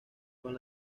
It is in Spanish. con